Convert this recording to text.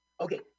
Okay